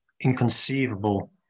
inconceivable